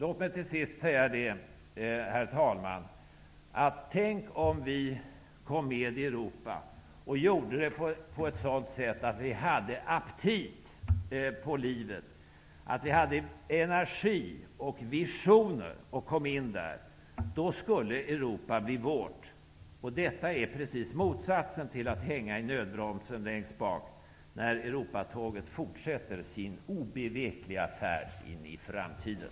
Låt mig till sist få säga: Tänk kom vi skulle gå med i Europa på ett sådant sätt att vi hade aptit på livet, energi och visioner. Då skulle Europa bli vårt. Detta är precis motsatsen till att hänga i nödbromsen längst bak i Europatåget när det fortsätter sin obevekliga färd in i framtiden.